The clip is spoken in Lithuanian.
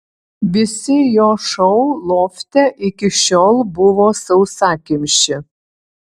visi jo šou lofte iki šiol buvo sausakimši